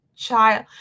child